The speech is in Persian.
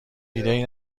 ایدهای